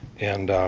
and